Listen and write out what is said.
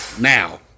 Now